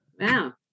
Wow